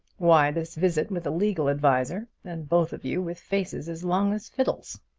why this visit with a legal adviser, and both of you with faces as long as fiddles?